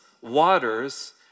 waters